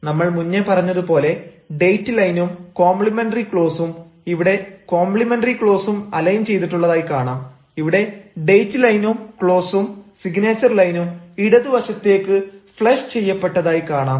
നമ്മൾ മുന്നേ പറഞ്ഞതുപോലെ ഡേറ്റ് ലൈനും കോംപ്ലിമെന്ററി ക്ലോസും ഇവിടെ കോംപ്ലിമെന്ററി ക്ലോസും അലൈൻ ചെയ്തിട്ടുള്ളതായി കാണാം ഇവിടെ ഡേറ്റ് ലൈനും ക്ലോസും സിഗ്നേച്ചർ ലൈനും ഇടതുവശത്തേക്ക് ഫ്ലഷ് ചെയ്യപ്പെട്ടതായി കാണാം